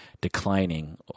declining